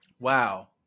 Wow